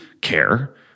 care